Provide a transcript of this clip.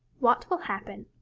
what will happen?